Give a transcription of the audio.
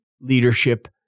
leadership